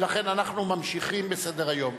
ולכן אנחנו ממשיכים בסדר-היום.